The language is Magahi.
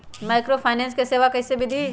माइक्रोफाइनेंस के सेवा कइसे विधि?